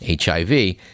HIV